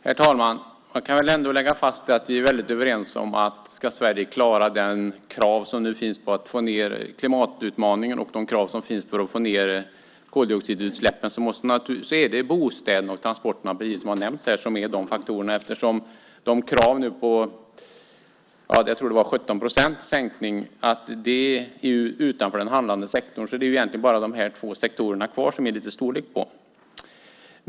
Herr talman! Man kan väl ändå lägga fast att vi är väldigt överens om att det handlar om bostäderna och transporterna om Sverige ska klara klimatutmaningen och de krav som finns på att få ned koldioxidutsläppen, precis som har nämnts här. Jag tror att det nu var ett krav på 17 procents sänkning. Det är utanför den handlande sektorn, så det är egentligen bara de här två sektorerna kvar som det är lite storlek på.